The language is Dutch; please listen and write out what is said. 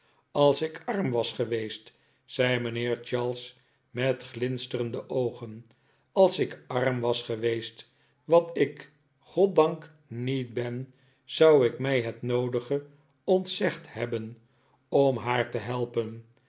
als ik arm was geweest zei mijnheer charles met glinsterende oogen als ik arm was geweest wat ik goddank niet ben zou ik mij het noodige ontzegd hebben om haar te helpen